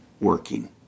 working